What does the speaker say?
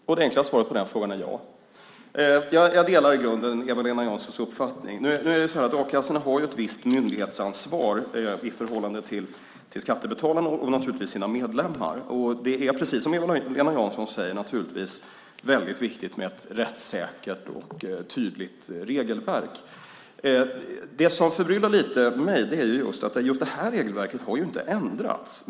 Fru talman! Det enkla svaret på den frågan är ja. Jag delar i grunden Eva-Lena Janssons uppfattning. Nu är det så här att a-kassorna har ett visst myndighetsansvar i förhållande till skattebetalarna och naturligtvis sina medlemmar. Precis som Eva-Lena Jansson säger är det naturligtvis viktigt med ett rättssäkert och tydligt regelverk. Det som förbryllar mig lite är att det här regelverket inte har ändrats.